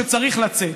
שצריך לצאת.